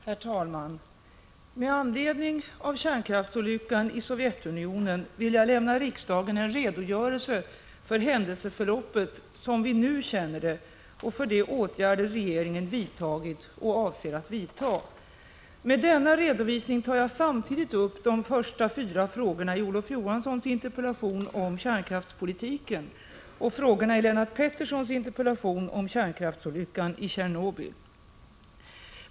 Herr talman! Med anledning av kärnkraftsolyckan i Sovjetunionen vill jag lämna riksdagen en redogörelse för händelseförloppet, som vi nu känner det, och för de åtgärder regeringen vidtagit och avser att vidta. Med denna redovisning tar jag samtidigt upp de första fyra frågorna i Olof Johanssons interpellation om kärnkraftspolitiken och frågorna i Lennart Petterssons interpellation om kärnkraftsolyckan i Tjernobyl.